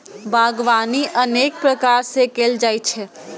बागवानी अनेक प्रकार सं कैल जाइ छै